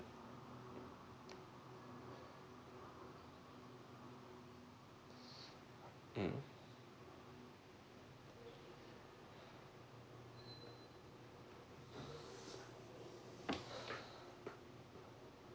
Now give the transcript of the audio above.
mm